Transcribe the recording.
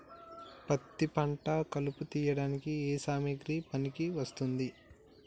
పత్తి పంట కలుపు తీయడానికి ఏ సామాగ్రి పనికి వస్తుంది?